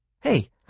Hey